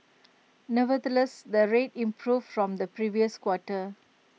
nevertheless the rates improved from the previous quarter